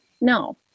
No